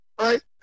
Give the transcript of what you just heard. right